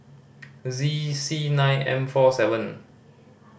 Z C nine M four seven